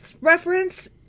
reference